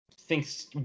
Thinks